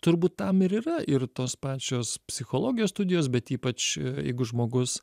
turbūt tam yra ir tos pačios psichologijos studijos bet ypač jeigu žmogus